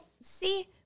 see